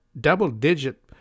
double-digit